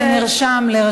רוצה לברך את